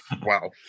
Wow